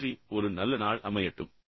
நன்றி ஒரு நல்ல நாள் அமையட்டும்